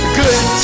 good